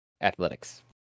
Athletics